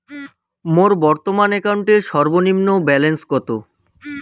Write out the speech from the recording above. মোর বর্তমান অ্যাকাউন্টের সর্বনিম্ন ব্যালেন্স কত?